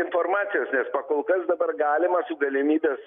informacijos nes pakol kas dabar galima su galimybės